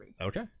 Okay